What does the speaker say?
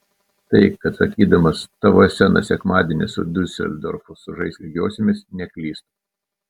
tai kad sakydamas tavo esenas sekmadienį su diuseldorfu sužais lygiosiomis neklystu